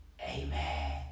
Amen